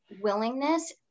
willingness